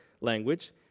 language